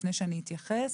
לפני שאני אתייחס.